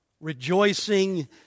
rejoicing